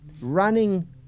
running